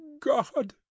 god